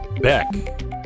beck